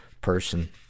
person